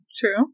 True